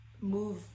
move